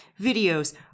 videos